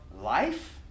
life